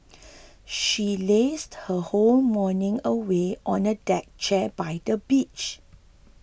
she lazed her whole morning away on a deck chair by the beach